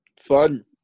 Fun